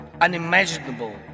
unimaginable